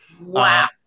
Wow